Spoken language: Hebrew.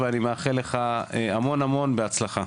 ואני מאחל לך המון המון בהצלחה.